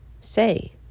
say